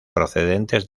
procedentes